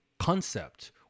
concept